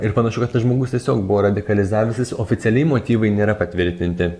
ir panašu kad tas žmogus tiesiog buvo radikalizavęsis oficialiai motyvai nėra patvirtinti